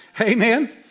Amen